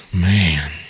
Man